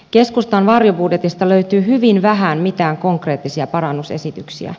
keskustan varjobudjetista löytyy hyvin vähän mitään konkreettisia parannusesityksiä